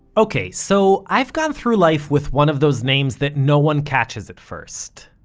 ok, so i've gone through life with one of those names that no one catches at first.